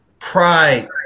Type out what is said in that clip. pride